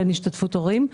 אין השתתפות הורים.